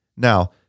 Now